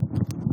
אדוני היושב-ראש,